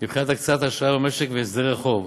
לבחינת הקצאת האשראי במשק והסדרי חוב.